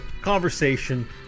conversation